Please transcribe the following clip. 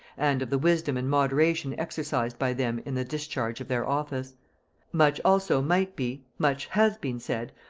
and of the wisdom and moderation exercised by them in the discharge of their office much also might be, much has been said,